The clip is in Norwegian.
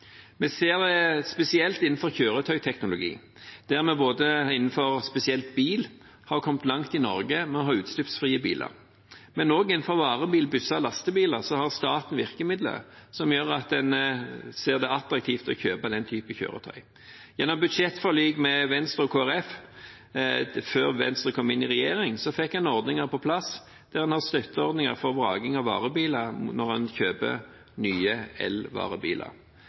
Vi ser det spesielt innenfor kjøretøyteknologi, og når det gjelder bil i Norge, har vi kommet langt med utslippsfrie biler. Også for varebiler, busser og lastebiler har staten virkemidler som gjør at det er attraktivt å kjøpe den typen kjøretøy. I budsjettforliket med Venstre og Kristelig Folkeparti – før Venstre kom inn i regjering – fikk vi ordninger på plass, f.eks. støtteordninger for vraking av varebiler når en kjøper nye elvarebiler.